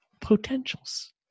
potentials